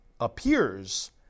appears